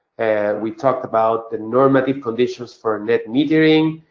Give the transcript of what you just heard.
we talked about the normative conditions for net metering.